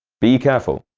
be careful,